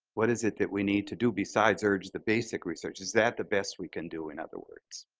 what is it that we need to do besides urge the basic research? is that the best we can do, in other words?